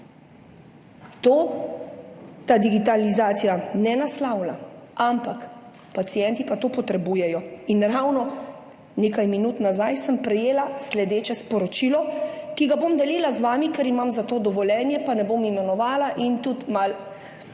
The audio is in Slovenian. to ta digitalizacija ne naslavlja, ampak pacienti pa to potrebujejo. In ravno nekaj minut nazaj sem prejela sledeče sporočilo, ki ga bom delila z vami, ker imam za to dovoljenje, pa ne bom imenovala in seveda